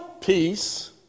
peace